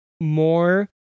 more